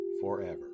forever